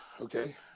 Okay